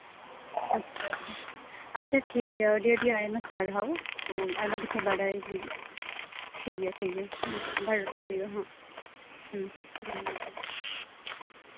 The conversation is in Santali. ᱟᱪᱪᱷᱟ ᱟᱪᱪᱷᱟ ᱟᱪᱪᱷᱟ ᱴᱷᱤᱠᱜᱮᱭᱟ ᱟᱹᱰᱤ ᱟᱹᱰᱤ ᱟᱭᱢᱟ ᱥᱟᱨᱦᱟᱣ ᱛᱚ ᱟᱭᱢᱟ ᱠᱤᱪᱷᱩ ᱵᱟᱰᱟᱭ ᱞᱟᱹᱜᱤᱫ ᱴᱷᱤᱠᱜᱮᱭᱟ ᱴᱷᱤᱠᱜᱮᱭᱟ ᱦᱩᱸ ᱟᱵᱟᱨ ᱨᱚᱲ ᱦᱩᱭᱩᱜᱼᱟ ᱦᱟᱸᱜ ᱦᱩᱸ ᱦᱩᱸ ᱢᱟ ᱛᱚᱵᱮ